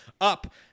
up